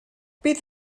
bydd